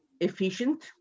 efficient